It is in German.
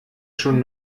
schon